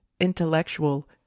intellectual